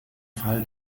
fall